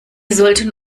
sollten